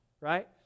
right